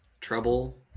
Trouble